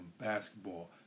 basketball